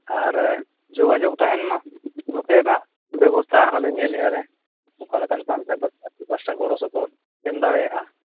ᱟᱨ ᱡᱳᱜᱟᱡᱳᱜᱽ ᱛᱟᱦᱮᱱ ᱢᱟ ᱱᱚᱛᱮᱱᱟᱜ ᱵᱮᱵᱚᱥᱛᱷᱟ ᱟᱞᱮ ᱧᱮᱞᱮᱫᱼᱟ ᱞᱮ ᱚᱠᱟᱞᱮᱠᱟᱱ ᱯᱟᱱᱛᱷᱟ ᱠᱚ ᱟᱯᱮ ᱯᱟᱥᱴᱟ ᱜᱚᱲᱚ ᱥᱚᱯᱚᱦᱚᱫ ᱮᱢ ᱫᱟᱲᱮᱭᱟᱜᱼᱟ